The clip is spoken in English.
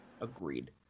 Agreed